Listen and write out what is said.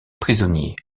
prisonniers